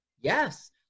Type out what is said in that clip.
Yes